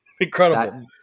Incredible